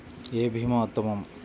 ఏ భీమా ఉత్తమము?